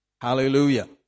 Hallelujah